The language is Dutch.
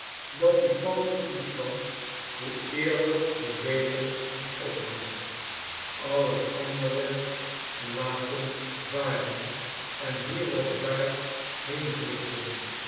dat die valsche toestand hoe eerder hoe beter moest ophouden al het andere laten varen en hier of daar heen vluchten